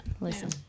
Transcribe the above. listen